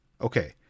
Okay